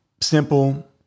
simple